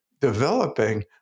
developing